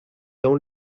dans